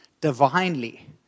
divinely